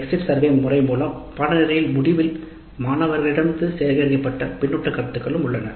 exit survey முறை மூலம் பாடநெறியின் முடிவில் மாணவர்களிடமிருந்து பின்னூட்ட கருத்துக்கள் சேகரிக்கப்படுகின்றன